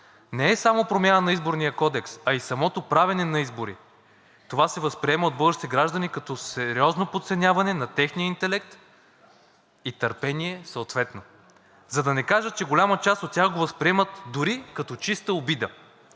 не е само промяна на Изборния кодекс, а и самото правене на избори. Това се възприема от българските граждани като сериозно подценяване на техния интелект и търпение съответно. За да не кажа, че голяма част от тях го възприемат дори като чиста обида.